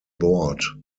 board